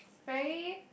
very